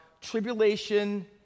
tribulation